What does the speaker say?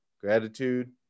Gratitude